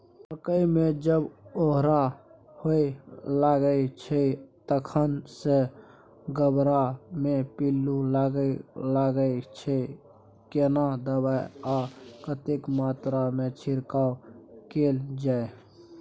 मकई मे जब ओरहा होबय लागय छै तखन से गबहा मे पिल्लू लागय लागय छै, केना दबाय आ कतेक मात्रा मे छिरकाव कैल जाय?